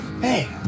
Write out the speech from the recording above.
Hey